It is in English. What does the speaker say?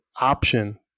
option